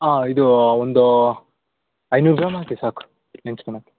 ಹಾಂ ಇದು ಒಂದು ಐನೂರು ಗ್ರಾಮ್ ಹಾಕಿ ಸಾಕು ನೆಂಜ್ಕೊಣ್ಣೋಕೆ